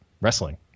wrestling